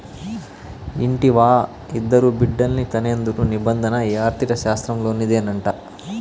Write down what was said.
ఇంటివా, ఇద్దరు బిడ్డల్ని కనేందుకు నిబంధన ఈ ఆర్థిక శాస్త్రంలోనిదేనంట